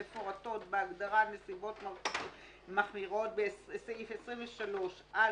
המפורטות בהגדרה "נסיבות מחמירות" בסעיף 23א(ב)